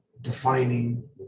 defining